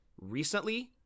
recently